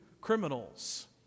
criminals